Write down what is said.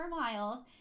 miles